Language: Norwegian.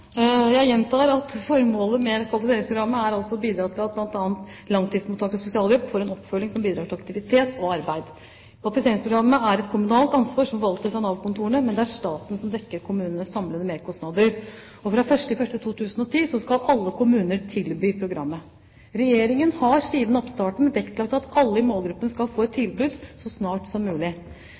Jeg gjentar at formålet med kvalifiseringsprogrammet er å bidra til at bl.a. flere langtidsmottakere av sosialhjelp får en oppfølging som bidrar til aktivitet og arbeid. Kvalifiseringsprogrammet er et kommunalt ansvar som forvaltes av Nav-kontorene, men det er staten som dekker kommunenes samlede merkostnader. Fra 1. januar 2010 skal alle kommuner tilby programmet. Regjeringen har siden oppstarten vektlagt at alle i målgruppen skal få et tilbud så snart som mulig.